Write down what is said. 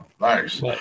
Nice